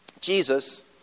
Jesus